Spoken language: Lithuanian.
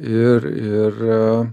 ir ir